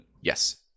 Yes